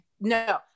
No